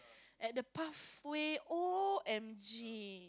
at the pathway O_M_G